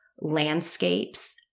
landscapes